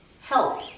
help